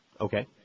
Okay